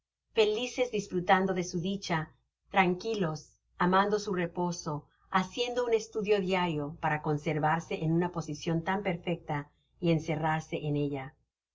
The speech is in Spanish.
felices disfrutando de su dicha tranquilos amando su reposo haciendo un estudio diario para conservarse en una posicion tan perfecta y encerrarse en ella